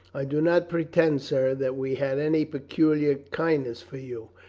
i do not pretend, sir, that we had any peculiar kindness for you.